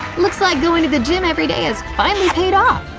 looks like going to the gym every day has finally paid off!